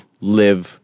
live